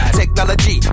technology